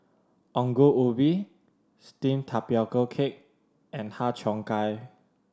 Ongol Ubi steamed tapioca cake and Har Cheong Gai